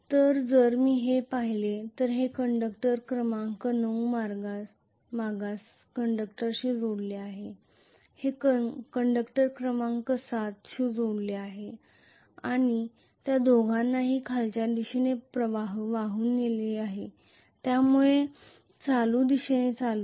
तर जर मी हे पाहिले तर हे कंडक्टर क्रमांक 9 बॅकवर्ड कंडक्टरशी जोडलेले आहे हे कंडक्टर क्रमांक 7 शी जोडलेले आहे आणि त्या दोघांनाही खालच्या दिशेने प्रवाह वाहून नेले आहे ज्यामुळे करंट दिशेने करंट आहे